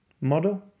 model